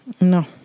No